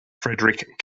frederick